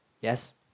Yes